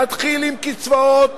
נתחיל עם קצבאות